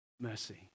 mercy